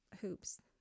hoops